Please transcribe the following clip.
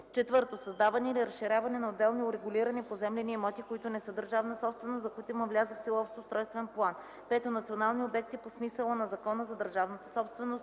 4. създаване или разширяване на отделни урегулирани поземлени имоти, които не са държавна собственост, за които има влязъл в сила общ устройствен план; 5. национални обекти по смисъла на Закона за държавната собственост,